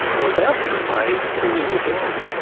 are about to be paid to move again.